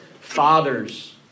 Fathers